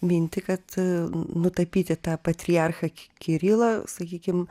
mintį kad nutapyti tą patriarchą kirilą sakykim